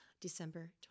December